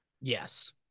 Yes